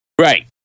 Right